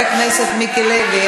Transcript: חבר הכנסת מיקי לוי,